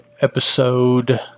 episode